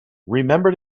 remember